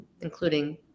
including